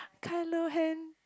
Kylo-Hen